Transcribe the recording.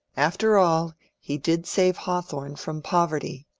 after all he did save hawthorne from poverty